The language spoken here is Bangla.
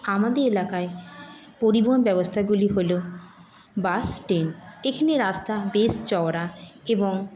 আমাদের এলাকায় পরিবহন ব্যবস্থাগুলি হলো বাস ট্রেন এখানে রাস্তা বেশ চওড়া এবং